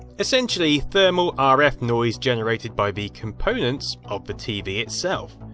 essentially thermal ah rf noise generated by the components of the tv itself.